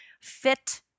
fit